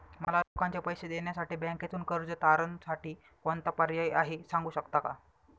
मला लोकांचे पैसे देण्यासाठी बँकेतून कर्ज तारणसाठी कोणता पर्याय आहे? सांगू शकता का?